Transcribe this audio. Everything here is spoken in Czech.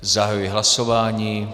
Zahajuji hlasování.